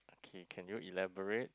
okay can you elaborate